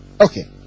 Okay